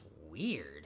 weird